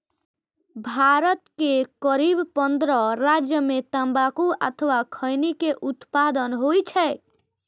भारत के करीब पंद्रह राज्य मे तंबाकू अथवा खैनी के उत्पादन होइ छै